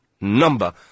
number